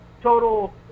total